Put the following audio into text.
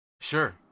Sure